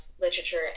literature